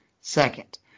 second